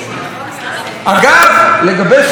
לגבי סכום הכסף שהוא תרם לי,